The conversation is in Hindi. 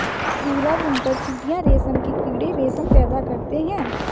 भूरा बुनकर चीटियां रेशम के कीड़े रेशम पैदा करते हैं